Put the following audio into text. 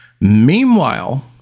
meanwhile